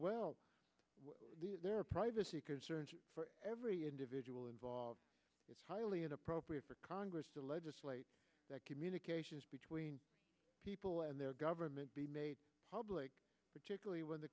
well there are privacy concerns for every individual involved it's highly inappropriate for congress to legislate that communications between people and their government be made public particularly when the